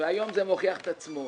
והיום זה מוכיח את עצמו.